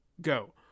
go